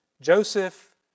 Joseph